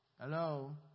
Hello